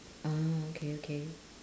ah okay okay